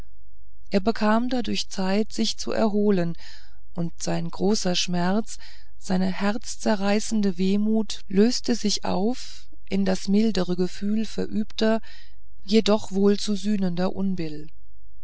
er bekam dadurch zeit sich zu erholen und sein großer schmerz seine herzzerreißende wehmut löste sich auf in das mildere gefühl verübter jedoch wohl zu sühnender unbill